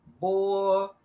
Boy